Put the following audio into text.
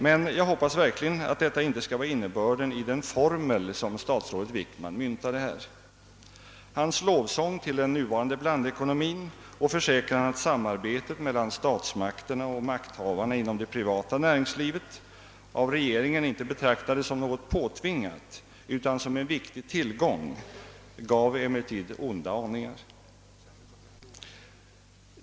Men jag hoppas verkligen att detta inte skall vara innebörden i den formel som statsrådet Wickman myntade. Hans lovsång till den nuvarande blandekonomin och hans försäkran att samarbetet mellan statsmakterna och makthavarna inom det privata näringslivet av regeringen betraktades, inte som någonting påtvingat utan som en viktig tillgång, gav emellertid onda aningar.